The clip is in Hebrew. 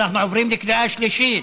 אנחנו עוברים לקריאה השלישית.